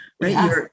right